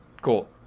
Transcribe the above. Cool